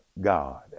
God